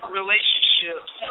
relationships